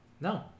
No